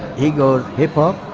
he goes hip hop,